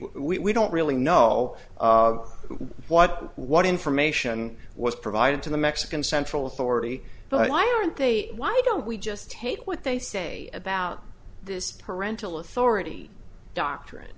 we don't really know who what what information was provided to the mexican central authority but why aren't they why don't we just take what they say about this parental authority doctrine